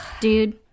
Dude